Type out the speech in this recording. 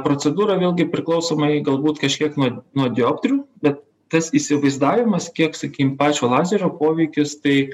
procedūra vėlgi priklausomai galbūt kažkiek nuo nuo dioptrijų bet tas įsivaizdavimas kiek sakim pačio lazerio poveikis tai